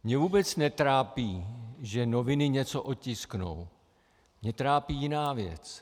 Mě vůbec netrápí, že noviny něco otisknou, mě trápí jiná věc.